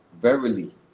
verily